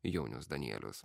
jaunius danielius